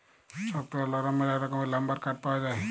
শক্ত আর লরম ম্যালা রকমের লাম্বার কাঠ পাউয়া যায়